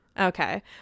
Okay